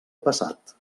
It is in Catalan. passat